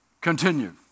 continue